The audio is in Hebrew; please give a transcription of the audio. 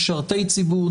משרתי ציבור,